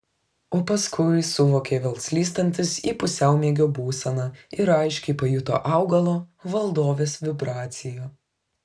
o paskui suvokė vėl slystantis į pusiaumiegio būseną ir aiškiai pajuto augalo valdovės vibraciją